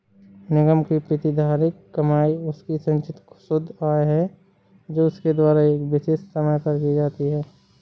निगम की प्रतिधारित कमाई उसकी संचित शुद्ध आय है जो उसके द्वारा एक विशेष समय पर की जाती है